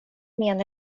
mian